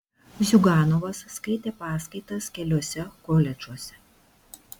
ziuganovas skaitė paskaitas keliuose koledžuose